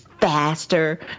faster